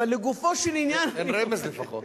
אבל לגופו של עניין, תן רמז לפחות.